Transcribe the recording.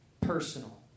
personal